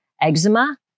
eczema